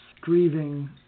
Grieving